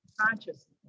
consciousness